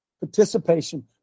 participation